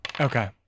Okay